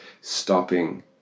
stopping